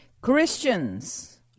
Christians